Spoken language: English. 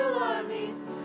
armies